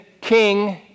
king